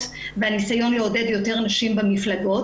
והניסיון לעודד יותר נשים במפלגות,